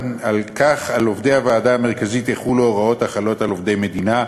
על עובדי הוועדה המרכזית יחולו ההוראות החלות על עובדי המדינה,